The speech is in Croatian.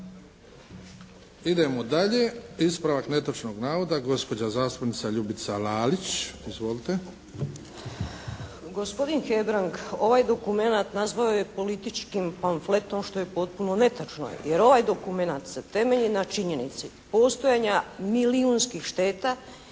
Idemo dalje. Ispravak netočnog navoda gospođa zastupnica Ljubica Lalić. Izvolite. **Lalić, Ljubica (HSS)** Gospodin Hebrang ovaj dokumenat nazvao je političkim panfletom što je potpuno netočno. Jer ovaj dokumenat se temelji na činjenici postojanja milijunskih šteta i